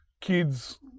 kids